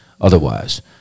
otherwise